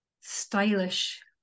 stylish